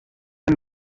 kin